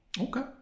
Okay